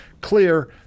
clear